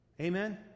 Amen